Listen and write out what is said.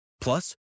Plus